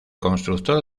constructor